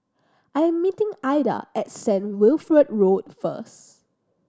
I am meeting Aida at Saint Wilfred Road first